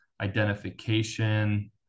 identification